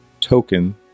token